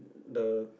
the